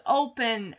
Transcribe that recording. open